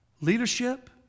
Leadership